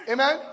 Amen